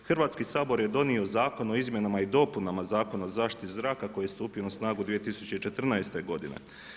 Hrvatski sabor je donio Zakon o izmjenama i dopunama Zakona o zaštiti zraka koji je stupio na snagu 2014. godine.